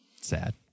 Sad